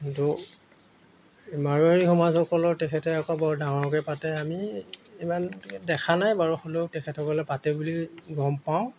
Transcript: কিন্তু মাৰৱাৰী সমাজসকলৰ তেখেতে আকৌ বৰ ডাঙৰকৈ পাতে আমি ইমান দেখা নাই বাৰু হ'লেও তেখেতসকলে পাতে বুলি গম পাওঁ